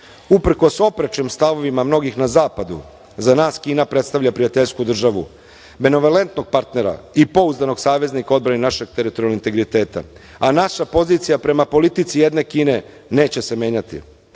Uprkos oprečnim stavovima mnogih na zapadu, za nas Kina predstavlja prijateljsku državu, benevolentnog partnera i pouzdanog saveznika odbrane našeg teritorijalnog integriteta, a naša pozicija prema politici jedne Kine neće se menjati.